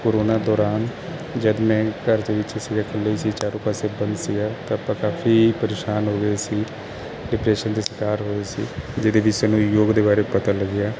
corona ਦੌਰਾਨ ਜਦ ਮੈਂ ਘਰ ਦੇ ਵਿੱਚ ਇਕੱਲਾ ਹੀ ਸੀ ਚਾਰੋ ਪਾਸੇ ਬੰਦ ਸੀਗਾ ਤਾਂ ਆਪਾਂ ਕਾਫੀ ਪਰੇਸ਼ਾਨ ਹੋ ਗਏ ਸੀ ਡਿਪਰੈਸ਼ਨ ਦੇ ਸ਼ਿਕਾਰ ਹੋਏ ਸੀ ਜਿਹਦੇ ਵੀ ਸਾਨੂੰ ਯੋਗ ਦੇ ਬਾਰੇ ਪਤਾ ਲੱਗਿਆ